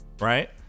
Right